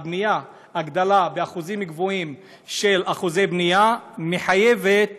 הגדלת הבנייה באחוזים גבוהים של בנייה מחייבת